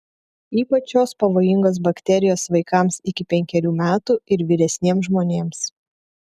ypač šios pavojingos bakterijos vaikams iki penkerių metų ir vyresniems žmonėms